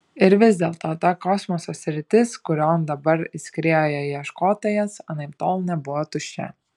ir vis dėlto ta kosmoso sritis kurion dabar įskriejo ieškotojas anaiptol nebuvo tuščia